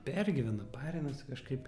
pergyvena parinasi kažkaip